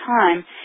time